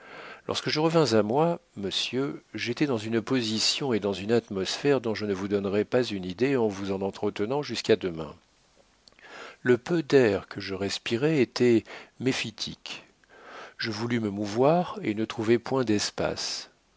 lorsque je revins à moi monsieur j'étais dans une position et dans une atmosphère dont je ne vous donnerais pas une idée en vous en entretenant jusqu'à demain le peu d'air que je respirais était méphitique je voulus me mouvoir et ne trouvai point d'espace